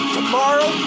tomorrow